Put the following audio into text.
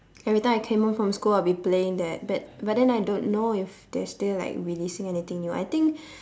every time I came home from school I'll be playing that but but then I don't know if they are still like releasing anything new I think